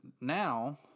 now